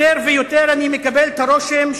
יותר ויותר אני מקבל את הרושם,